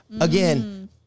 again